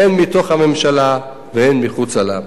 הן מתוך הממשלה והן מחוצה לה.